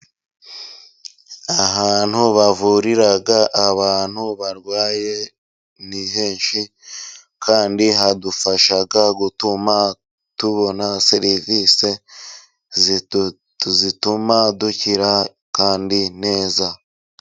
Ahantu bavurira abantu barwaye ni henshi kandi hadufasha gutuma tubona serivise zituma dukira kandi neza.